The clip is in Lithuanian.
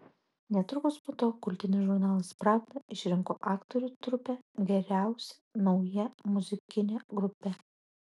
netrukus po to kultinis žurnalas pravda išrinko aktorių trupę geriausia nauja muzikine grupe